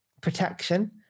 protection